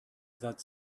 that